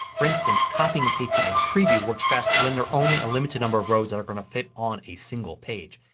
for instance, copying and pasting into preview works best when there are only a limited number of rows that are going to fit on a single page.